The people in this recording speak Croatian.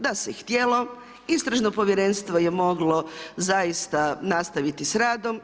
Da se htjelo, istražno povjerenstvo je moglo zaista nastaviti s radom.